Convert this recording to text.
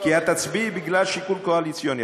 כי את תצביעי בגלל שיקול קואליציוני,